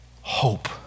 hope